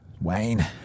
Wayne